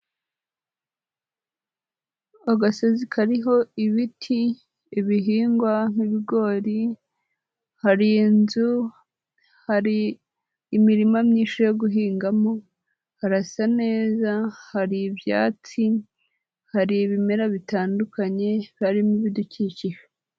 Agasozi kariho ibiti, ibihingwa nk'ibigori, hari inzu, hari imirima myinshi yo guhingamo, harasa neza, hari ibyatsi, hari ibimera bitandukanye, harimo ibidukikije.